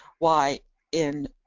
why in,